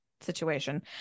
situation